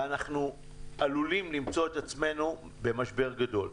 ואנו עלולים למצוא את עצמנו במשבר גדול.